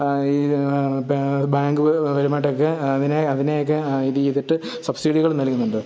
bank പരമായിട്ടൊക്കെ അതിനെ അതിനെയൊക്കെ ഇതു ചെയ്തിട്ട് സബ്സിഡികൾ നല്കുന്നുണ്ട്